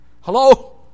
Hello